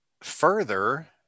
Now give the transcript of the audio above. further